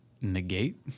negate